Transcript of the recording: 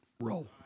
roll